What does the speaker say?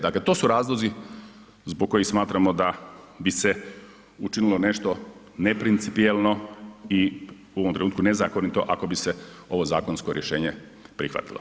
Dakle, to su razlozi zbog kojih smatramo da bi se učinili nešto neprincipijelno i u ovom trenutku nezakonito ako bi se ovo zakonsko rješenje prihvatilo.